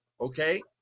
okay